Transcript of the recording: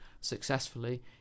successfully